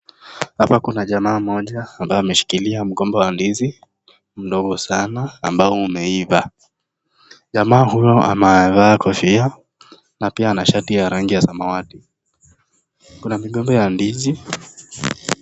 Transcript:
Hapa kuna jamaa mmoja ambaye ameshikilia mgomba wa ndizi ndogo sana ambao umeiva. Jamaa huyo amevaa kofia na pia anashati ya rangi ya samawati kuna vigombe ya ndizi.